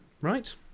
right